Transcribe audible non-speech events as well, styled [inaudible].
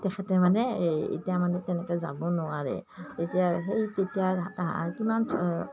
তেখেতে মানে এই এতিয়া মানে তেনেকৈ যাব নোৱাৰে এতিয়া সেই তেতিয়া [unintelligible] কিমান